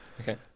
okay